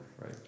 right